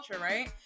right